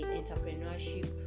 entrepreneurship